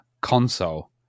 console